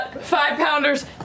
five-pounders